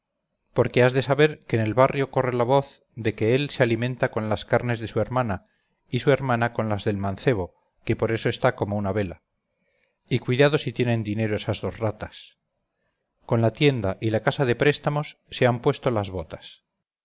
porque has de saber que en el barrio corre la voz de que él se alimenta con las carnes de su hermana y su hermana con las del mancebo que por eso está como una vela y cuidado si tienen dinero esas dos ratas con la tienda y la casa de préstamos se han puesto las botas